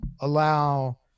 allow